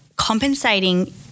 compensating